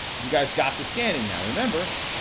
you guys got to scanning now remember,